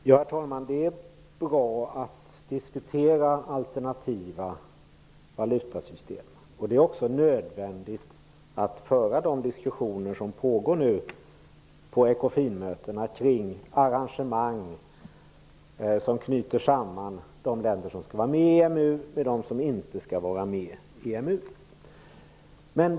Herr talman! Det är bra att man diskuterar alternativa valutasystem. Det är också nödvändigt att föra de diskussioner som nu pågår på Ekofinmötena, kring arrangemang som knyter samman de länder som skall vara med i EMU med dem som inte skall vara med.